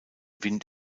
wind